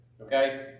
Okay